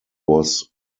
was